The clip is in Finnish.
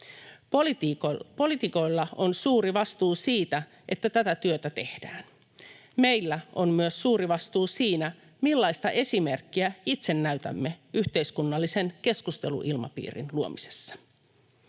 Poliitikoilla on suuri vastuu siitä, että tätä työtä tehdään. Meillä on myös suuri vastuu siinä, millaista esimerkkiä itse näytämme yhteiskunnallisen keskusteluilmapiirin luomisessa.